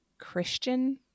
Christian